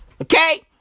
Okay